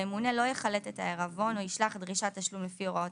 הממונה לא יחלט את העירבון או ישלח דרישת תשלום לפי הוראות